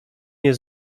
nie